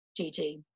GG